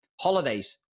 Holidays